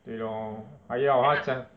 对 lor 还要他 ji~